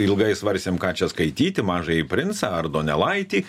ilgai svarstėm ką čia skaityti mažąjį princą ar donelaitį